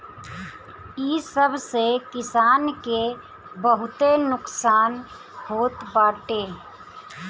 इ सब से किसान के बहुते नुकसान होत बाटे